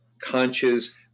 conscious